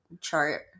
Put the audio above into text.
chart